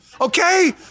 Okay